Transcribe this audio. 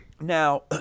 Now